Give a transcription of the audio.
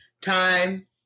time